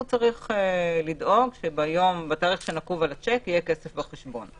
הוא צריך לדאוג שבתאריך שנקוב על השיק יהיה כסף בחשבון,